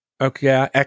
okay